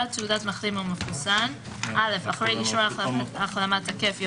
"תעודת מחלים או מחוסן" (א)אחרי "אישור החלמה תקף"